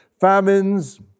Famines